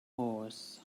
was